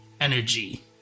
energy